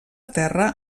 terra